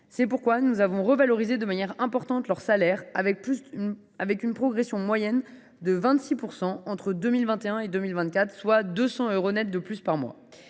Ainsi avons nous revalorisé de manière importante leur salaire, qui a progressé en moyenne de 26 % entre 2021 et 2024, soit 200 euros net de plus par mois.